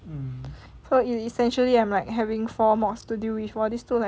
so is essentially I'm like having four mods to deal with !wah! these two like